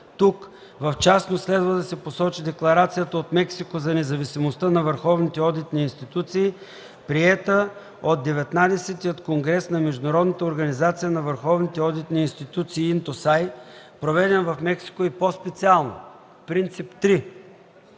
Тук, в частност, следва да се посочи Декларацията от Мексико за независимостта на върховните одитни институции, приета на Деветнадесетия конгрес на Международната организация на върховните одитни институции (ИНТОСАЙ), проведен в Мексико, и по-специално Принцип 3